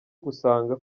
gusanga